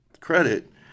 credit